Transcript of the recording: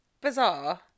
bizarre